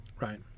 right